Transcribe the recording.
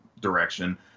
direction